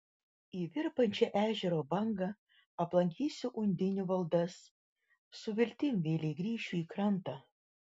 į virpančią ežero bangą aplankysiu undinių valdas su viltim vėlei grįšiu į krantą